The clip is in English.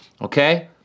Okay